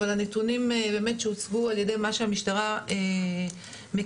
אבל הנתונים שהוצגו על פי מה שהמשטרה מכירה.